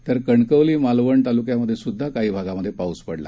तरकणकवली मालवणतालुक्यातसुद्धाकाहीभागातपाऊसपडला